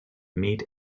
meat